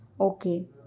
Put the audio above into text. okay